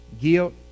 guilt